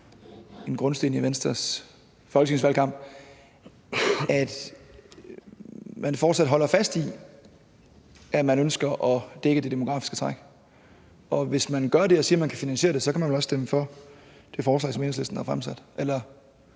en grundsten i Venstres folketingsvalgkamp, at man fortsat holder fast i, at man ønsker at dække det demografiske træk? Og hvis man gør det og siger, at man kan finansiere det, kan man vel også stemme for det forslag, som Enhedslisten har fremsat?